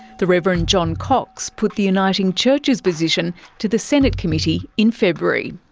the reverend john cox put the uniting church's position to the senate committee in february.